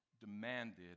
demanded